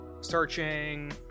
searching